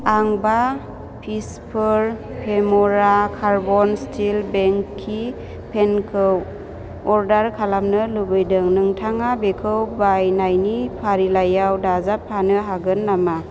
आं बा पिसफोर फेम'रा कार्बन स्टिल बेंकिं पेनखौ अर्दार खालामनो लुबैदों नोंथाङा बेखौ बायनायनि फारिलाइयाव दाजाबफानो हागोन नामा